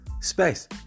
space